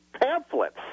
pamphlets